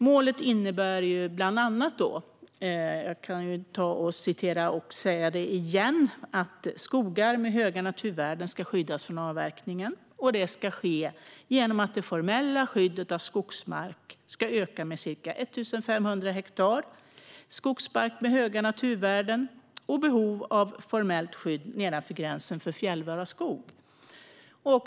Målet innebär bland annat att skogar med höga naturvärden ska skyddas från avverkningar, och det ska ske genom att det formella skyddet av skogsmark ska öka med ca 150 000 hektar skogsmark med höga naturvärden och i behov av formellt skydd nedanför gränsen för fjällnära skog.